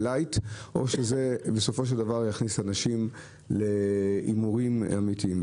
או שזה מסלול שיכניס אנשים להימורים אמיתיים.